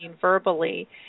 verbally